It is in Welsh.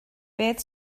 beth